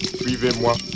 Suivez-moi